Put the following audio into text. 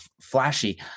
flashy